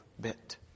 bit